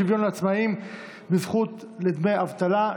שוויון לעצמאים בזכות לדמי אבטלה),